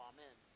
Amen